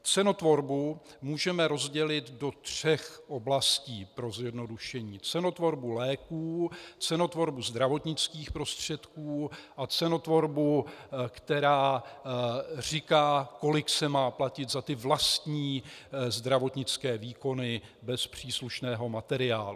Cenotvorbu můžeme rozdělit do tří oblastí, pro zjednodušení: cenotvorbu léků, cenotvorbu zdravotnických prostředků a cenotvorbu, která říká, kolik se má platit za vlastní zdravotnické výkony bez příslušného materiálu.